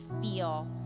feel